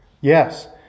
Yes